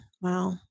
Wow